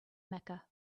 mecca